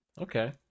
okay